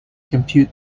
compute